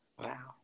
Wow